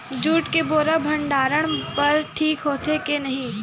Jute के बोरा भंडारण बर ठीक होथे के नहीं?